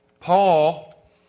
Paul